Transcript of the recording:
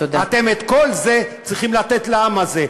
אתם, את כל זה צריכים לתת לעם הזה.